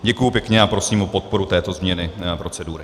Děkuji pěkně a prosím o podporu této změny procedury.